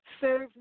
serve